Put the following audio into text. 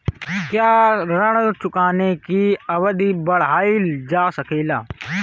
क्या ऋण चुकाने की अवधि बढ़ाईल जा सकेला?